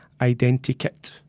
Identikit